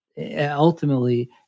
ultimately